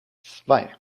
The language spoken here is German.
zwei